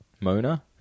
Mona